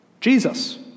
Jesus